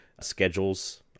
schedules